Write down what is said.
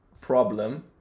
problem